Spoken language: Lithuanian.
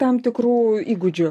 tam tikrų įgūdžių